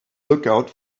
lookout